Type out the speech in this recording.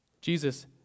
Jesus